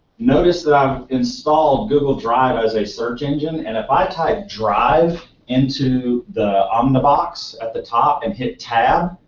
notice that i've installed google drive as a search engine. and if i type drive into the omnibox at the top and hit tab.